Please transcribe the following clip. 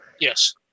yes